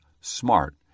smart